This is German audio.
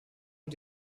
und